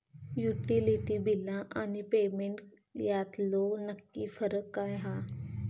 Utility बिला आणि payment यातलो नक्की फरक काय हा?